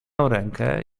rękę